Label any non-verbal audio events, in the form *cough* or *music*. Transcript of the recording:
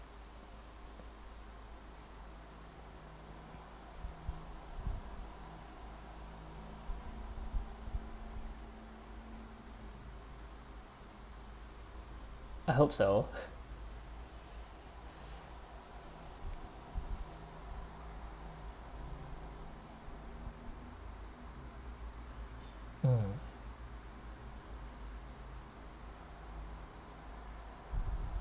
I hope so *laughs* mm